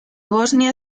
bosnia